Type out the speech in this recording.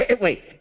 Wait